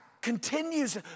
continues